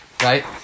Right